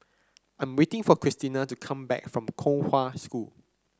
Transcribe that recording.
I'm waiting for Christina to come back from Kong Hwa School